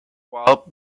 walked